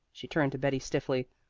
she turned to betty stiffly.